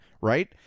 Right